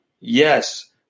Yes